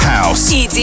House